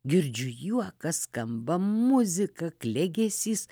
girdžiu juoką skamba muzika klegesys